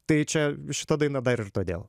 tai čia šita daina dar ir todėl